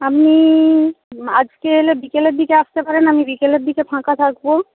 আপনি আজকে এলে বিকেলের দিকে আসতে পারেন আমি বিকেলের দিকে ফাঁকা থাকব